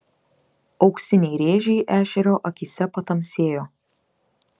auksiniai rėžiai ešerio akyse patamsėjo